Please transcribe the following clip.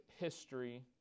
history